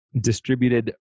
distributed